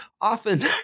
often